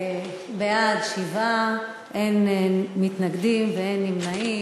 בעד, 7, אין מתנגדים ואין נמנעים.